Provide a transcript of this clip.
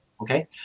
okay